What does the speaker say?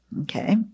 Okay